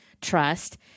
Trust